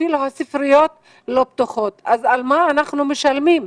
אפילו הספריות לא פתוחות, אז על מה אנחנו משלמים?